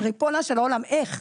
ריבונו של עולם, איך?